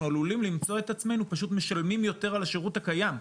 אנחנו עלולים למצוא את עצמנו פשוט משלמים יותר על השירות הקיים,